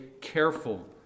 careful